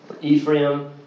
Ephraim